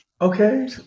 Okay